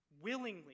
willingly